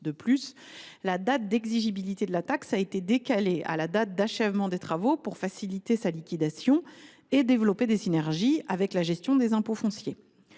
(DGFiP). La date d’exigibilité de la taxe a été décalée à la date d’achèvement des travaux pour faciliter sa liquidation et développer des synergies avec la gestion des impôts fonciers.